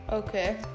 Okay